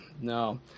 no